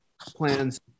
plans